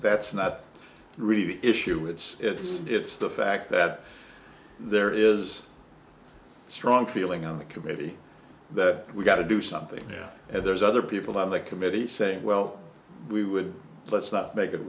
that's not really the issue it's it's it's the fact that there is a strong feeling on the committee that we've got to do something now and there's other people on the committee saying well we would let's not make it